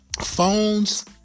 Phones